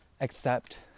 accept